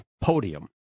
podium